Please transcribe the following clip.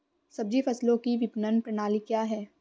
सब्जी फसलों की विपणन प्रणाली क्या है?